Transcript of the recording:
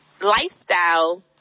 lifestyle